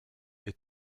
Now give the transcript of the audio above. est